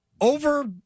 over